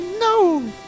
no